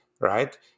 right